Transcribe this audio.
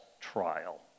trial